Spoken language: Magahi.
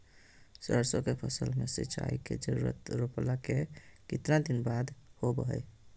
सरसों के फसल में सिंचाई के जरूरत रोपला के कितना दिन बाद होबो हय?